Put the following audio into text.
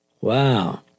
wow